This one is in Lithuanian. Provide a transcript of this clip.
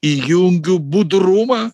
įjungiu budrumą